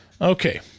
Okay